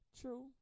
True